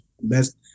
Best